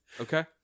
Okay